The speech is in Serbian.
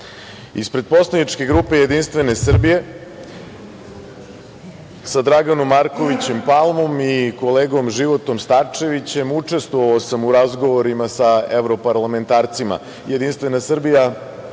poslaničke grupe Jedinstvene Srbije, sa Draganom Markovićem Palmom i kolegom Životom Starčevićem, učestvovao sam u razgovorima sa evroparlamentarcima. Jedinstvena Srbija